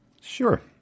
Sure